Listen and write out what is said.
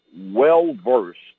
well-versed